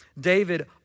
David